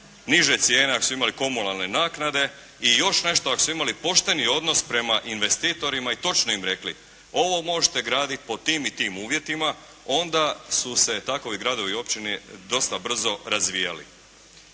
niže cijene ako su imale komunalne naknade i još nešto, ako su imali pošteni odnos prema investitorima i točno im rekli ovo možete graditi pod tim i tim uvjetima onda su se takovi gradovi i općine dosta brzo razvijali.